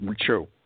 True